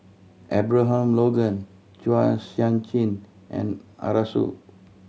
Abraham Logan Chua Sian Chin and Arasu